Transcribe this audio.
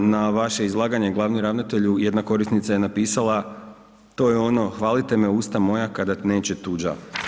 Na vaše izlaganje glavni ravnatelju jedna korisnica je napisala, to je ono hvalite me usta moja kada neće tuđa.